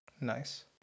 Nice